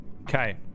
Okay